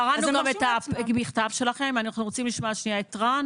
קראנו גם את המכתב שלכם ואנחנו רוצים לשמוע את רן,